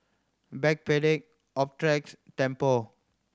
Backpedic Optrex Tempur